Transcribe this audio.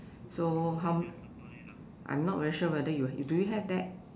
so how I'm not very sure whether you do you have that